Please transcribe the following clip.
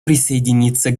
присоединиться